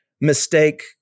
mistake